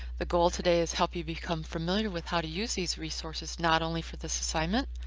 the goal today is help you become familiar with how to use these resources not only for this assignment,